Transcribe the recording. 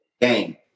game